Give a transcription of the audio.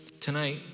Tonight